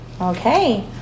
Okay